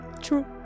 True